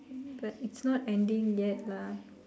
but it's not ending yet lah